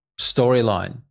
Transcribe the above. storyline